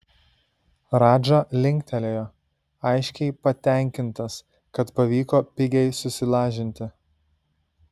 radža linktelėjo aiškiai patenkintas kad pavyko pigiai susilažinti